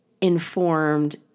informed